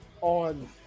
on